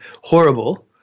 horrible